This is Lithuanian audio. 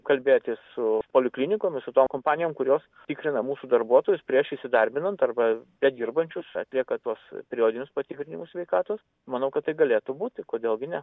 kalbėtis su poliklinikomis su tom kompanijom kurios tikrina mūsų darbuotojus prieš įsidarbinant arba bedirbančius atlieka tuos periodinius patikrinimus sveikatos manau kad tai galėtų būti kodėl gi ne